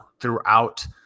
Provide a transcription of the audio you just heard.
throughout